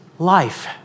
life